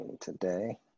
today